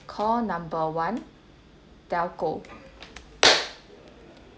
call number one telco